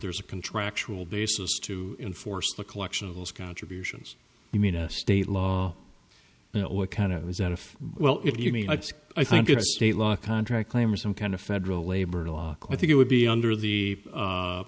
there's a contractual basis to enforce the collection of those contributions i mean a state law you know a kind of is that if well if you mean i think it's a state law a contract claim or some kind of federal labor law i think it would be under the u